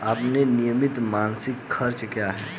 आपके नियमित मासिक खर्च क्या हैं?